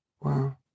wow